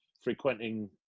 frequenting